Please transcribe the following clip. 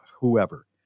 whoever